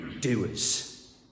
doers